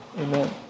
amen